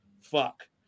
Fuck